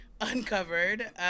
uncovered